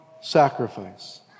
sacrifice